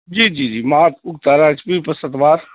جی جی جی میں آپ کو چارا ایچ پی پسند وار